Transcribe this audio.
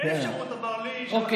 אין אפשרות, אוקיי.